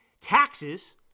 taxes